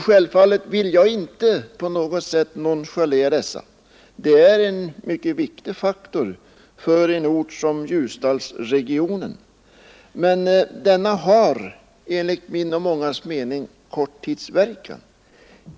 Självfallet vill jag inte på något sätt nonchalera dessa. Detta är en mycket viktig faktor för Ljusdalsregionen, men den har enligt min och mångas mening kortidsverkan.